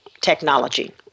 Technology